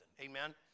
Amen